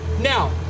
Now